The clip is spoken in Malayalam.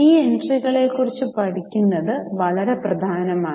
ഈ എൻട്രികളെക്കുറിച്ച് മനസ്സിലാക്കുന്നത് വളരെ പ്രധാനമാണ്